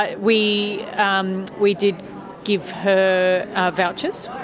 but we um we did give her vouchers.